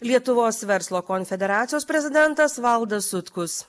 lietuvos verslo konfederacijos prezidentas valdas sutkus